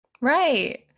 Right